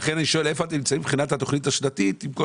לכן אני שואל איפה אתם מבחינת התוכנית השנתית עם כל